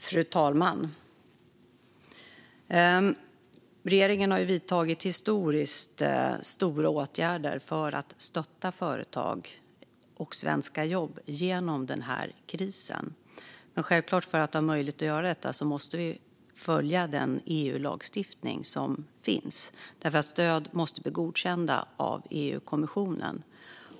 Fru talman! Regeringen har vidtagit historiskt stora åtgärder för att stötta företag och svenska jobb genom denna kris. För att ha möjlighet att göra detta måste vi följa den EU-lagstiftning som finns, och stöden måste godkännas av EU-kommissionen.